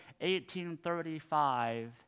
1835